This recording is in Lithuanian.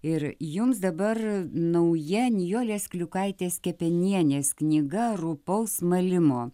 ir jums dabar nauja nijolės kliukaitės kepenienės knyga rupaus malimo